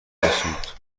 رسوند